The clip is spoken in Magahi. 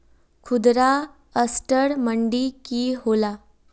खुदरा असटर मंडी की होला?